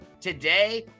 Today